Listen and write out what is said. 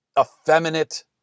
Effeminate